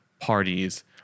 parties